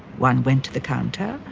one went to the counter,